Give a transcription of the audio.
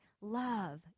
Love